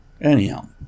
Anyhow